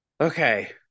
Okay